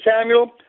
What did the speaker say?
Samuel